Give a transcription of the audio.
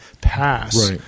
pass